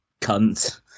cunt